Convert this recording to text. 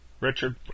Richard